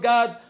God